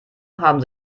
haben